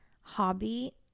hobby